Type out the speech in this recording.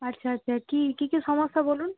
আচ্ছা আচ্ছা কী কী কী সমস্যা বলুন